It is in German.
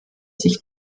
sich